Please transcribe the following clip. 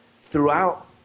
Throughout